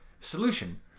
solution